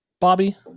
Bobby